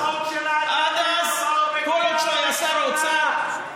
זה לא אושר בסיעת קדימה,